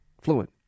fluent